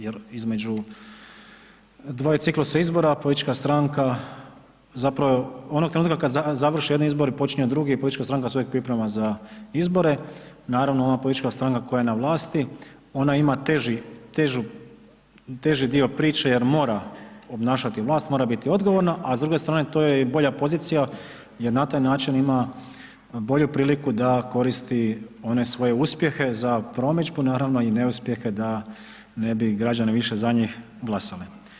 Jer između dvaju ciklusa izbora politička stranka zapravo onog trenutka kad završe jedni izbori, počinju drugi i politička stranka se uvijek priprema za izbore, naravno ona politička stranka koja je na vlasti ona ima teži, težu, teži dio priče jer mora obnašati vlast, mora biti odgovora, a s druge strane to je i bolja pozicija jer na taj način ima bolju priliku da koristi one svoje uspjehe za promidžbu, naravno i neuspjehe da ne bi građani više za njih glasali.